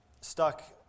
stuck